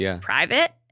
private